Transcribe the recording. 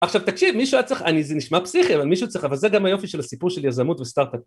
עכשיו תקשיב מישהו היה צריך, זה נשמע פסיכי אבל מישהו צריך, אבל זה גם היופי של הסיפור של יזמות וסטארטאפ